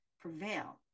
prevail